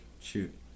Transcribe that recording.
Shoot